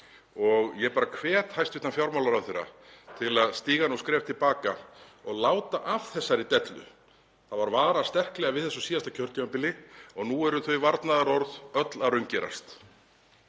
og ég hvet hæstv. fjármálaráðherra til að stíga skref til baka og láta af þessari dellu. Það var varað sterklega við þessu á síðasta kjörtímabili og nú eru þau varnaðarorð öll að raungerast.